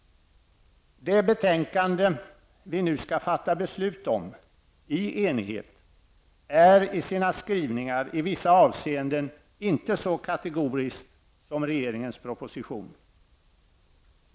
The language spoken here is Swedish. Det betänkande vi nu skall fatta beslut om -- i enighet -- är i sina skrivningar i vissa avseenden inte så kategoriskt som regeringens proposition.